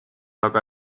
aga